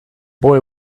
boy